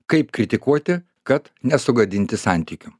kaip kritikuoti kad nesugadinti santykių